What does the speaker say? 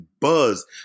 buzz